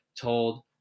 told